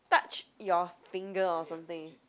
touch your finger or something